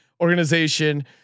organization